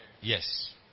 Yes